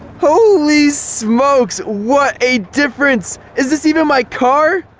holy smokes, what a difference is this even my car.